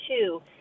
two